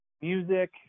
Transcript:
music